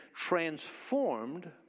transformed